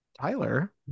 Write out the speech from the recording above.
Tyler